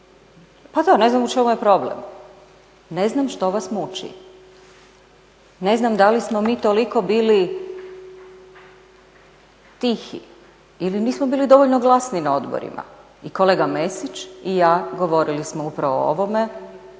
Pa da, ne znam u čemu je problem, ne znam što vas muči? Ne znam da li smo mi toliko bili tihi ili nismo bili dovoljno glasni na odborima i kolega Mesić i ja govorili smo upravo o ovome